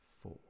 four